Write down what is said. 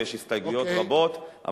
ויש הסתייגויות רבות.